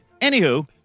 Anywho